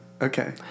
Okay